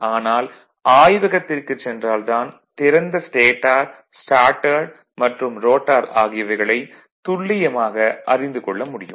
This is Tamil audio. ஆனால் ஆய்வகத்திற்குச் சென்றால் தான் திறந்த ஸ்டேடார் ஸ்டார்ட்டர் மற்றும் ரோட்டார் ஆகியவைகளைத் துல்லியமாக அறிந்து கொள்ள முடியும்